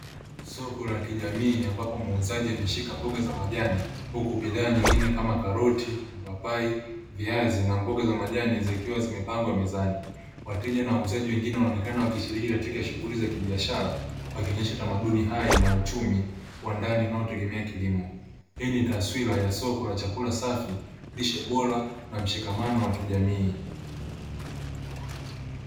Soko la kijamii ambapo muuzaji ameshika mboga za majani, huku bidhaa nyingine kama karoti, mapapai, viazi na mboga za majani, zikiwa zimepangwa mezani. Wateja na wauzaji wengine wanaonekana wakishiriki katika shughuli za kibiashara, wakionyesha tamaduni hai na uchumi wa ndani unaotegemea kilimo. Hii ni taswira ya soko la chakula safi, lishe bora na mshikamano wa kijamii.